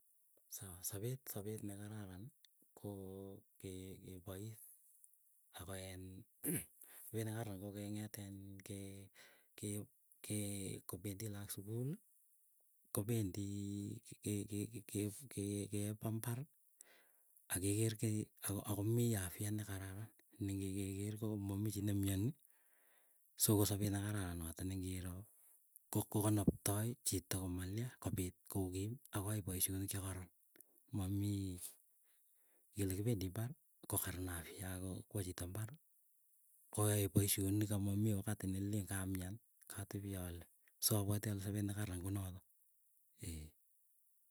Sawa sapet sapet nekararani koo kee kepois, akoin een sapet nekaran kokeng'etin kee kopendi lagok sukul kopendii, ke ke ke ke kepambari. Akeker kii akomii afya nekararan nengenyeker komami chi nemiani. So kosopet nekararan notok ningiiroo ko kokanaptoi chito komalia kopit kokim, akoai poisyonik chekaran. Mamii ngele kipendii imbari, kokaran afyako kwa chito imbari koe paisyonik amamii wakati nelen kamian. Katepii ale so apwati ale sapet nekaran konotok ee.